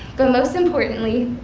but most importantly,